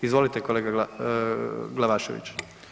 Izvolite kolega Glavašević.